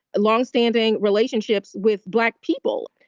longstanding relationships with black people.